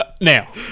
Now